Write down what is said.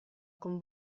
con